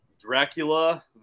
Dracula